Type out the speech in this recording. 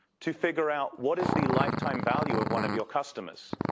to figure out what is the lifetime value of one of your customers.